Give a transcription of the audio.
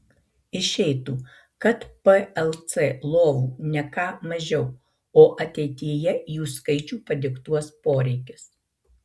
išeitų kad plc lovų ne ką mažiau o ateityje jų skaičių padiktuos poreikis